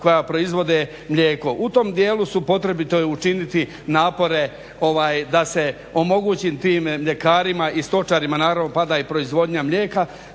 koja proizvode mlijeko. U tom dijelu su, potrebito je učiniti napore da se omogući tim mljekarima i stočarima, naravno pada i proizvodnja mesa,